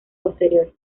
posterior